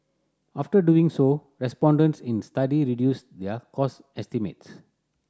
after doing so respondents in study reduced their cost estimates